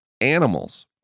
animals